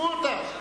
עזבו אותם.